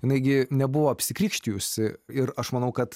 jinai gi nebuvo apsikrikštijusi ir aš manau kad